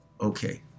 Okay